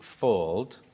fold